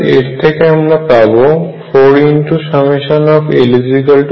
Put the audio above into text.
এর থেকে আমরা পাব 4l0n 1l2l0n 11